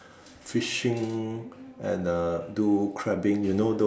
fishing and uh do crabbing you know those